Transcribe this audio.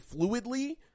fluidly